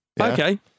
Okay